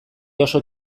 oso